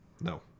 No